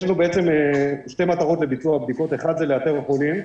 יש לנו בעצם שתי מטרות לביצוע בדיקות: האחת איתור חולים,